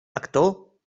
actor